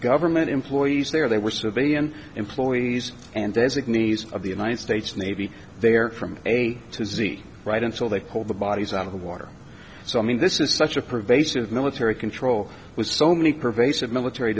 government employees there they were civilian employees and designees of the united states navy they are from a to z right until they pull the bodies out of the water so i mean this is such a pervasive military control with so many pervasive military